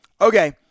okay